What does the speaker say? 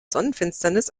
sonnenfinsternis